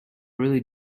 really